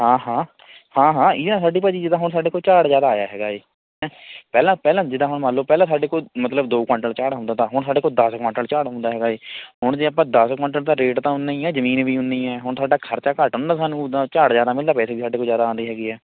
ਹਾਂ ਹਾਂ ਹਾਂ ਹਾਂ ਇਹਦੇ ਨਾਲ ਸਾਡੀ ਭਾਅ ਜੀ ਜਿੱਦਾਂ ਹੁਣ ਸਾਡੇ ਕੋਲ ਝਾੜ੍ਹ ਜ਼ਿਆਦਾ ਆਇਆ ਹੈਗਾ ਹੈ ਪਹਿਲਾਂ ਪਹਿਲਾਂ ਜਿੱਦਾਂ ਹੁਣ ਮੰਨ ਲਓ ਪਹਿਲਾਂ ਸਾਡੇ ਕੋਲ ਮਤਲਬ ਦੋ ਕੋਆਂਟਲ ਝਾੜ੍ਹ ਹੁੰਦਾ ਤਾਂ ਹੁਣ ਸਾਡੇ ਕੋਲ ਦਸ ਕੋਆਂਟਲ ਝਾੜ੍ਹ ਹੁੰਦਾ ਹੈਗਾ ਹੈ ਹੁਣ ਜੇ ਆਪਾਂ ਦਸ ਕੋਆਂਟਲ ਦਾ ਰੇਟ ਤਾਂ ਉਨ੍ਹਾਂ ਹੀ ਹੈ ਜ਼ਮੀਨ ਵੀ ਉਨ੍ਹੀਂ ਹੈ ਹੁਣ ਤੁਹਾਡਾ ਖ਼ਰਚਾ ਘੱਟ ਹੁੰਦਾ ਸਾਨੂੰ ਉੱਦਾਂ ਝਾੜ੍ਹ ਜ਼ਿਆਦਾ ਮਿਲਦਾ ਪੈਸੇ ਵੀ ਸਾਡੇ ਕੋਲ ਜ਼ਿਆਦਾ ਆਉਂਦੇ ਹੈਗੇ ਹੈ